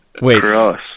Wait